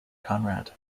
conrad